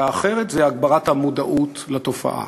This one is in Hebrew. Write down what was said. והאחרת, הגברת המודעות לתופעה.